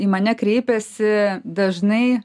į mane kreipiasi dažnai